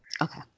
Okay